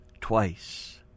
twice